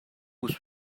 was